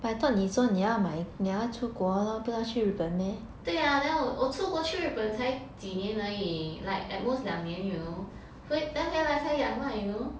对呀 then 我出国去日本才几年而已 like at most 两年 you know then 回来才养 lah you know